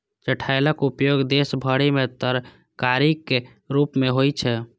चठैलक उपयोग देश भरि मे तरकारीक रूप मे होइ छै